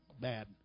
bad